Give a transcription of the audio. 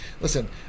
listen